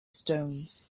stones